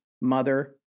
mother